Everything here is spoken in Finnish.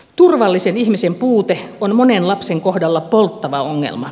turvallisen ihmisen puute on monen lapsen kohdalla polttava ongelma